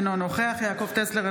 אינו נוכח יעקב טסלר,